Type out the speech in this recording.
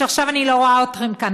שעכשיו אני לא רואה אתכם כאן,